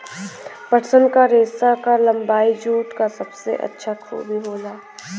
पटसन क रेसा क लम्बाई जूट क सबसे अच्छा खूबी होला